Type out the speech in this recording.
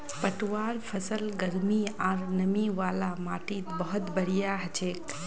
पटवार फसल गर्मी आर नमी वाला माटीत बहुत बढ़िया हछेक